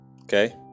okay